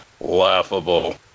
laughable